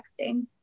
texting